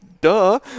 duh